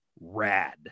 rad